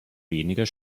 weniger